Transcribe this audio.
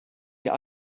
ihr